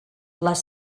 les